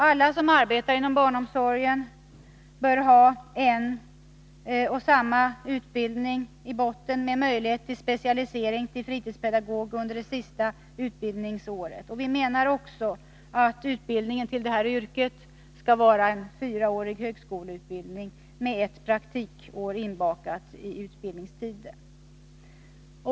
Alla som arbetar inom barnomsorgen bör ha en och samma utbildning i botten med möjlighet till specialisering till fritidspedagog under sista utbildningsåret. Vi menar också att det när det gäller detta yrke skall krävas en fyraårig högskoleutbildning med ett praktikår inbakat under utbildningstiden.